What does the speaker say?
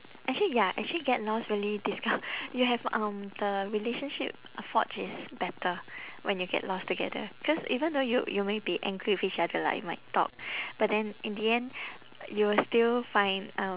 actually ya actually get lost really this kind you have um the relationship uh forged is better when you get lost together cause even though you you may be angry with each other like you might talk but then in the end you will still find um